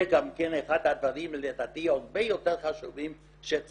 זה גם כן אחד הדברים שלדעתי הרבה יותר חשובים שהוועדה